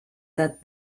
that